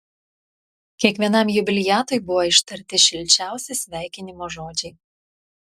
kiekvienam jubiliatui buvo ištarti šilčiausi sveikinimo žodžiai